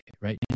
Right